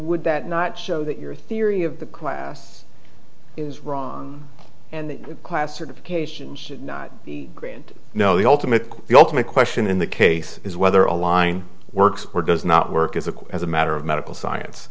would that not show that your theory of the class is wrong and the class certification should not grant know the ultimate the ultimate question in the case is whether a line works or does not work as a as a matter of medical science